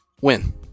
Win